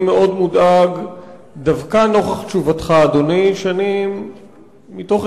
אני מאוד מודאג דווקא נוכח תשובתך, אדוני, ומתוך